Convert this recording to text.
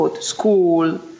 school